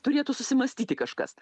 turėtų susimąstyti kažkas